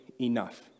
Enough